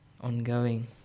ongoing